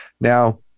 Now